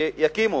שיקימו,